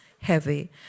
heavy